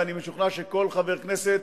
ואני משוכנע שכל חבר כנסת